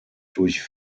durch